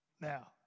now